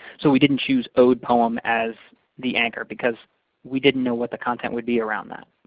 so we didn't choose ode poem as the anchor because we didn't know what the content would be around that.